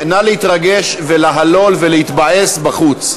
נא להתרגש ולהלול ולהתבאס בחוץ,